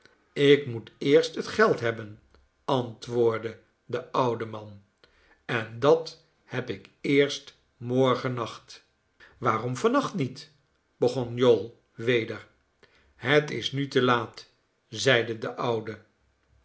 ik moet eerst het geld hebben antwoordde de oude man en dat heb ik eerst morgennacht waarom van nacht niet begon jowl weder het is nu te laat zeide de oude